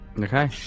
Okay